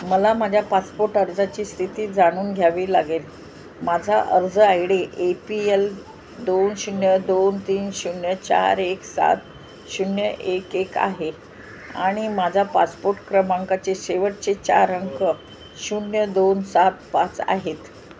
मला माझ्या पासपोट अर्जाची स्थिती जाणून घ्यावी लागेल माझा अर्ज I D A P L दोन शून्य दोन तीन शून्य चार एक सात शून्य एक एक आहे आणि माझा पासपोट क्रमांकाचे शेवटचे चार अंक शून्य दोन सात पाच आहेत